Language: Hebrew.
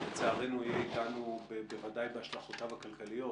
לצערנו יהיה איתנו בוודאי בהשלכותיו הכלכליות